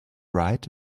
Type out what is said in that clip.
right